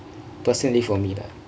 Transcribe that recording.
personally for me lagh